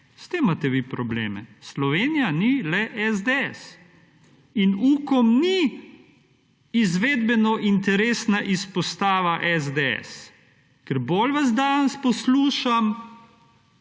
S tem imate vi probleme. Slovenija ni le SDS. In UKOM ni izvedbeno interesna izpostava SDS. Ker bolj vas danes poslušam,